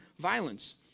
violence